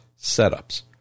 setups